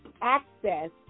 access